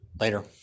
Later